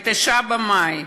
9 במאי,